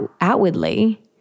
outwardly